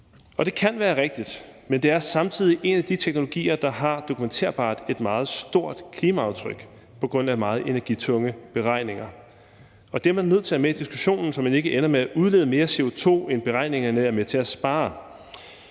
det kan være rigtigt, men det er samtidig en af de teknologier, der dokumenterbart har et meget stort klimaaftryk på grund af meget energitunge beregninger. Det er man nødt til at have med i diskussionen, så man ikke ender med at udlede mere CO2, end beregningerne er med til at spare.